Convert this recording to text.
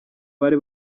bari